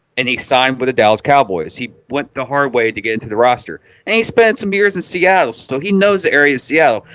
and he signed with the dallas cowboys he went the hard way to get into the roster and he spent some years in seattle so he knows the area cl.